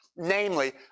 Namely